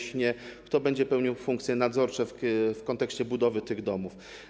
Jeśli nie, kto będzie pełnił funkcje nadzorcze w kontekście budowy tych domów?